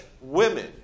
women